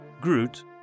groot